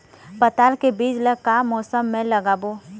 पताल के बीज ला का मौसम मे लगाबो?